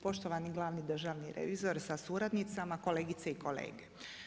Poštivani glavni državni revizor sa suradnicama, kolegice i kolege.